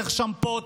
צריך שמפו,